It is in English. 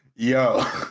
Yo